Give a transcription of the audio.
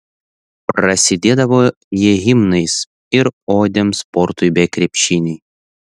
prasidėdavo jie himnais ir odėm sportui bei krepšiniui